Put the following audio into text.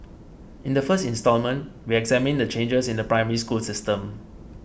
in the first installment we examine the changes in the Primary School system